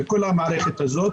וכל המערכת הזאת.